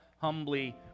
humbly